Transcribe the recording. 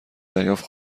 دریافت